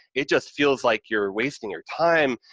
it just feels like you're wasting your time,